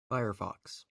firefox